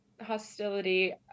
hostility